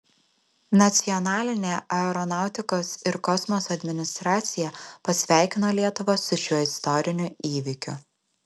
nacionalinė aeronautikos ir kosmoso administracija pasveikino lietuvą su šiuo istoriniu įvykiu